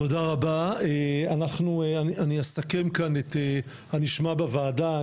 תודה רבה, אנחנו, אני אסכם כאן את הנשמע בוועדה.